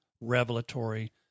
revelatory